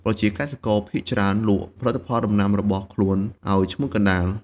ប្រជាកសិករភាគច្រើនលក់ផលដំណាំរបស់ខ្លួនឲ្យឈ្មួញកណ្តាល។